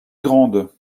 grande